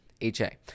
HA